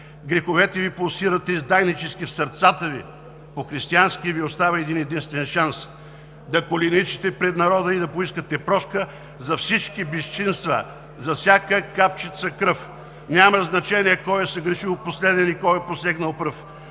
греховете Ви пулсират издайнически в сърцата Ви. По християнски Ви остава един-единствен шанс: да коленичите пред народа и да поискате прошка за всички безчинства, за всяка капчица кръв – няма значение кой е съгрешил последен и кой е посегнал пръв!